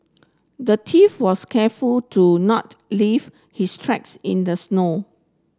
the thief was careful to not leave his tracks in the snow